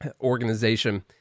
organization